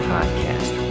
Podcast